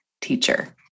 teacher